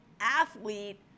athlete